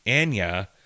Anya